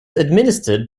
administered